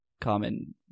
common